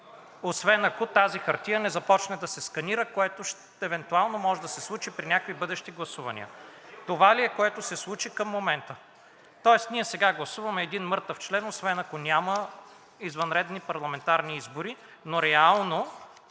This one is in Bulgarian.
освен ако тази хартия не започне да се сканира, което евентуално може да се случи при някакви бъдещи гласувания. Това ли е, което се случи към момента? Тоест ние сега гласуваме един мъртъв член, освен ако няма извънредни парламентарни избори, но реално